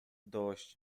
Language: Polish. dość